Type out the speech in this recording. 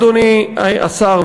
אדוני השר,